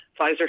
Pfizer